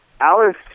Alice